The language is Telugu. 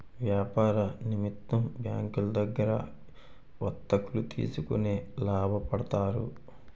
వ్యాపార నిమిత్తం బ్యాంకులో దగ్గర వర్తకులు తీసుకొని లాభపడతారు